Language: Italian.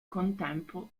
contempo